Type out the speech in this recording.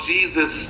Jesus